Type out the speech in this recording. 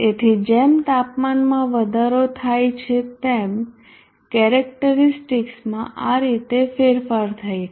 તેથી જેમ તાપમાનમાં વધારો થાય છે તેમ કેરેક્ટરીસ્ટિકસમાં આ રીતે ફેરફાર થાય છે